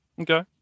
Okay